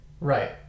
Right